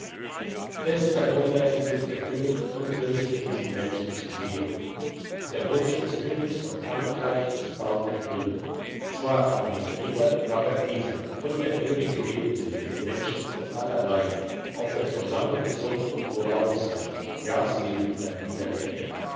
des verwunderte sich der könig und wünschte diesen menschen zu sehen der wunsch eines königs von frankreich ist bald erfüllt zwar auch nicht jeder aber dieser und der könig redete mit dem menschen von allerlei ob er schon lange gesund und wohlauf sei ja sire erwiderte er